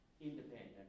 independent